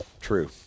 True